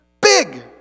big